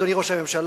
אדוני ראש הממשלה,